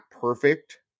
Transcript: perfect